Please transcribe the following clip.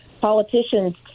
politicians